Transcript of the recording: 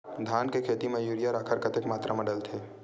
धान के खेती म यूरिया राखर कतेक मात्रा म डलथे?